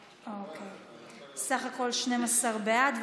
סך הכול 12 בעד.